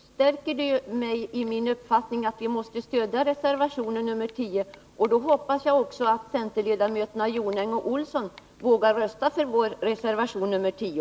Herr talman! Skulle det inte vara någonting som skiljer oss åt stärker det mig i min uppfattning att vi måste stödja reservation nr 10. Då hoppas jag ” också att centerledamöterna Gunnel Jonäng och Johan Olsson vågar rösta för reservation nr 10.